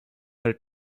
her